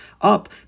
up